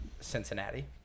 Cincinnati